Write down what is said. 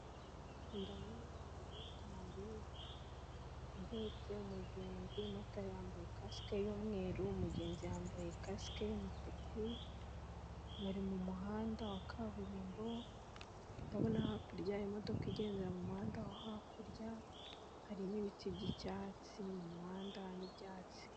Ndabona umumotari uhetse umugenzi. Umumotari yambaye casike y'umweru umugenzi yambaye casike y'umutuku, bari mu muhanda wa kaburimbo, ndabona hakurya imodoka igendera mu muhanda wo hakurya, hari n'ibiti by'icyatsi mu muhanda n'ibyatsi.